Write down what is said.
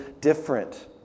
different